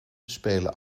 spelen